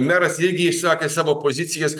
meras irgi išsakė savo pozicijas